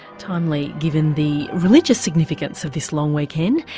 timely, given the religious significance of this long weekend.